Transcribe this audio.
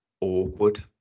awkward